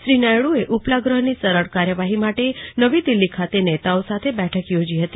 શ્રી નાયડુએ ઉપલાગ્ર હની સરળ કાર્યવાહી માટે નવી દીલ્હી ખાતે નેતાઓ સાથે બેઠક યોજી હતી